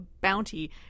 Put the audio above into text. bounty